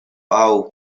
pau